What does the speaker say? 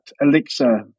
elixir